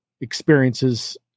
experiences